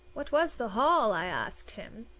what was the haul? i asked him,